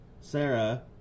Sarah